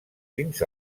fins